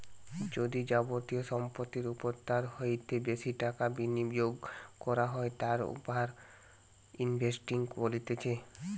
যদি যাবতীয় সম্পত্তির ওপর তার হইতে বেশি টাকা বিনিয়োগ করা হয় তাকে ওভার ইনভেস্টিং বলতিছে